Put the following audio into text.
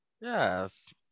yes